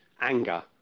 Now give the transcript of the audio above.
anger